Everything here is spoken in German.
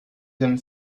dem